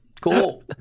cool